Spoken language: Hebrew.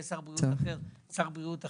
שר בריאות אחר שר בריאות אחר.